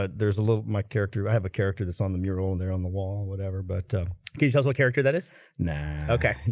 ah there's a little my character. i have a character that's on the mural and there on the wall whatever but can you tell us what character that is no, okay?